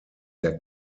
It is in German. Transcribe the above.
der